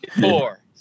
Four